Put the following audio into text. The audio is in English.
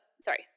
sorry